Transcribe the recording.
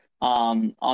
on